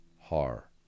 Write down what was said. har